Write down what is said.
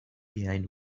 behind